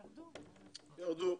ירדו.